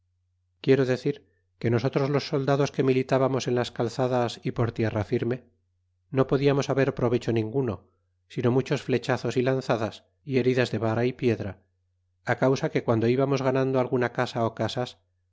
quiero decir que nosotros los soldados que militábamos en las calzadas y por tierra firme no podiamos haber provecho ninguno sino muchos flechazos y lanzadas y heridas de vara y piedra causa que guando íbamos ganando alguna casa casas